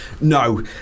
No